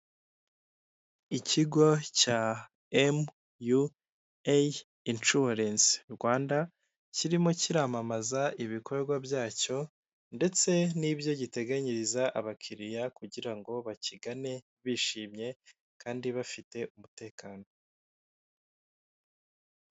Ikigo cya MUA Insurance Rwanda kirimo kiramamaza ibikorwa byacyo ndetse nibyo giteganyiriza abakiriya kugira ngo bakigane bishimye kandi bafite umutekano.